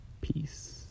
peace